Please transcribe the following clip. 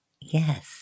Yes